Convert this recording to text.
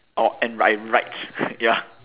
or and I write ya